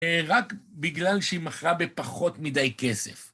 רק בגלל שהיא מכרה בפחות מדי כסף.